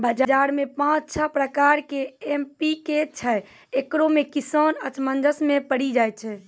बाजार मे पाँच छह प्रकार के एम.पी.के छैय, इकरो मे किसान असमंजस मे पड़ी जाय छैय?